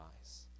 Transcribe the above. eyes